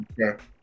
okay